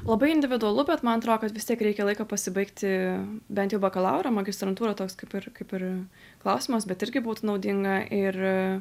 labai individualu bet man atrodo kad vis tiek reikia laiko pasibaigti bent jau bakalaurą magistrantūrą toks kaip ir kaip ir klausimas bet irgi būtų naudinga ir